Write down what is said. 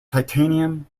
titanium